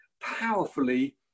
powerfully